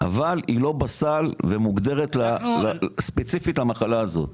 אבל היא לא בסל ומוגדרת ספציפית למחלה הזאת.